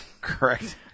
correct